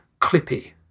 Clippy